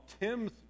Tim's